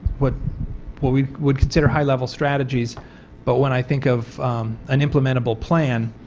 what what we would consider high-level strategies but when i think of an implementable plan,